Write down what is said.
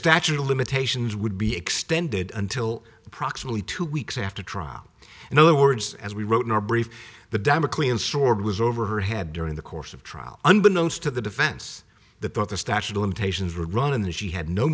statute of limitations would be extended until approximately two weeks after trial in other words as we wrote in our brief the damocles sword was over her head during the course of trial unbeknownst to the defense the thought the statute of limitations would run in that she had no